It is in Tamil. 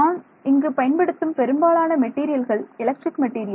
நான் இங்கு பயன்படுத்தும் பெரும்பாலான மெட்டீரியல்கள் எலக்ட்ரிக் மெட்டீரியல்